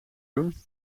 doen